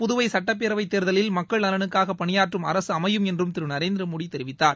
புதுவை சுட்டப்பேரவைத் தேர்தலில் மக்கள் நலனுக்காக பணியாற்றும் அரசு அமையும் என்றும் திரு நரேந்திரமோடி தெரிவித்தார்